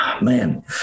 man